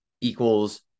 equals